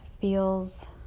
feels